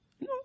No